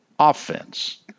offense